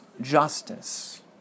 justice